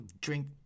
drink